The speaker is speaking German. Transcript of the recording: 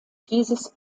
dieses